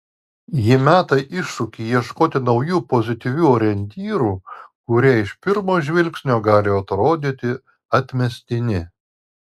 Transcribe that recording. ji meta iššūkį ieškoti naujų pozityvių orientyrų kurie iš pirmo žvilgsnio gali atrodyti atmestini